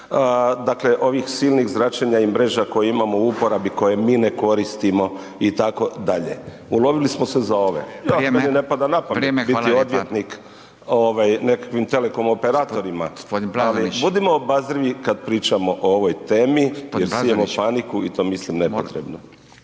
zračenja, ovih silnih zračenja i mreža koje imamo u uporabi koje mi ne koristimo itd. Ulovili smo se za ove, … /Govornici govore u isto vrijeme./ … ali budimo obazrivi kada pričamo o ovoj temi jel sijemo paniku i to mislim nepotrebno.